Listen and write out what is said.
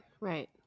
right